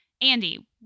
Andy